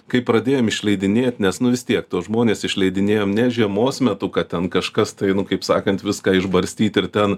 kai pradėjom išleidinėt nes nu vis tiek tuos žmones išleidinėjom ne žiemos metu kad ten kažkas tai nu kaip sakant viską išbarstyt ir ten